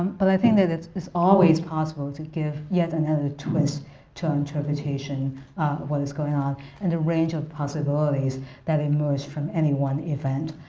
um but i think that it's it's always possible to give yet another twist to interpretation of what is going on and the range of possibilities that emerge from any one event.